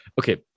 okay